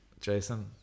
Jason